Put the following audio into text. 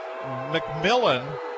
McMillan